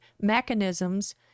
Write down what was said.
mechanisms